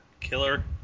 Killer